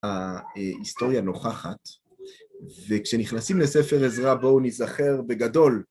ההיסטוריה הנוכחת, וכשנכנסים לספר עזרא, בואו נזכר בגדול,